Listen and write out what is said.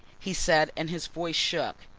he said, and his voice shook.